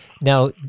Now